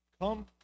Come